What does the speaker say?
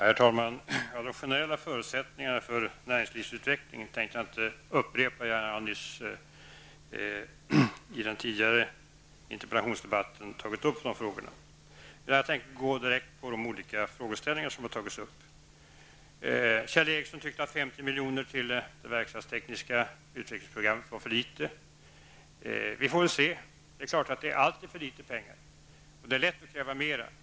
Herr talman! De generella förutsättningarna för näringslivsutveckling tänker jag inte upprepa -- jag har nyss tagit upp de frågorna i den tidigare interpellationsdebatten -- utan jag skall gå direkt på de olika spörsmål som har tagits upp. Kjell Ericsson tyckte att 50 milj.kr. till det verkstadstekniska utvecklingsprogrammet var för litet. Vi får väl se. Det finns alltid för litet pengar, och det är lätt att kräva mera.